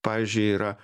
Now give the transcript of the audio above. pavyzdžiui yra